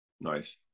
Nice